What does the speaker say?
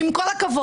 עם כל הכבוד.